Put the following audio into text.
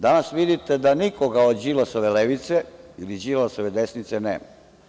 Danas vidite da nikoga od Đilasove levice ili Đilasove desnice nema.